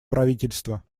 правительства